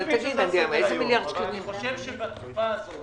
אני חושב שבתקופה הזאת